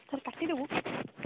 sir କାଟିଦେବୁ